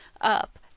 up